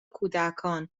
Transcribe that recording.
کودکان